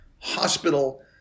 Hospital